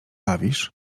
bawisz